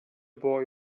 boy